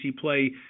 play